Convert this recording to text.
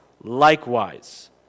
likewise